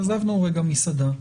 עזבנו רגע מסעדה,